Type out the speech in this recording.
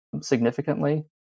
significantly